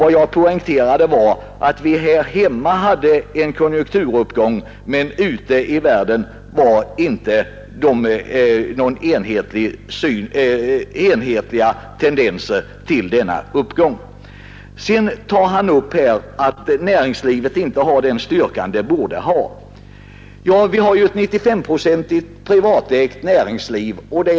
Vad jag poängterade var att vi här hemma hade en konjunkturuppgång, men att det ute i världen inte fanns några enhetliga tendenser till en sådan uppgång. Herr Nilsson i Tvärålund säger att näringslivet inte har den styrka det borde ha. Nu finns det ju ett till 95 procent privatägt näringsliv i vårt land.